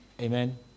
amen